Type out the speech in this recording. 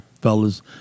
fellas